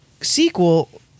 sequel